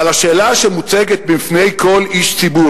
אבל השאלה שמוצגת בפני כל איש ציבור,